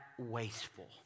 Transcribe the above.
wasteful